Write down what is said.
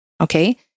Okay